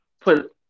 put